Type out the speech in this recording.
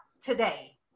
today